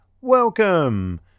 welcome